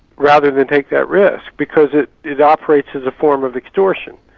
rather than take that risk because it it operates as a form of extortion.